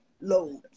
loads